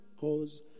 Cause